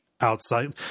outside